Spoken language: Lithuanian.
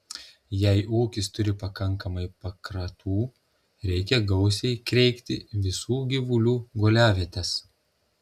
jei ūkis turi pakankamai pakratų reikia gausiai kreikti visų gyvulių guoliavietes